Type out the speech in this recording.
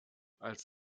als